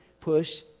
push